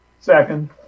second